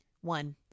One